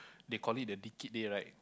they call it the dicky day right